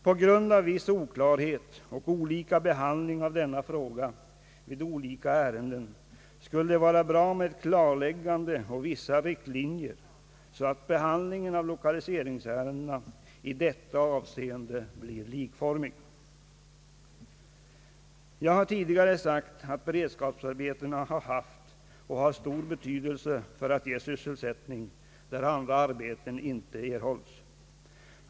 På grund av viss oklarhet och olika behandling av denna fråga vid olika ärenden skulle det vara bra med ett klarläggande och vissa riktlinjer, så att behandlingen av lokaliseringsärenden i detta avseende blir likformig. Jag har tidigare sagt att beredskapsarbetena har haft och har stor betydelse för att ge sysselsättning, där andra arbeten inte kan erhållas.